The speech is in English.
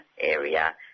area